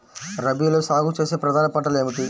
రబీలో సాగు చేసే ప్రధాన పంటలు ఏమిటి?